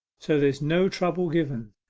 so there's no trouble given.